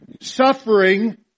Suffering